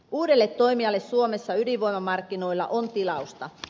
uudelle toimijalle suomessa ydinvoimamarkkinoilla on tilausta